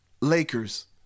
Lakers